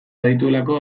badituelako